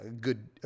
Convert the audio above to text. good